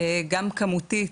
גם כמותית,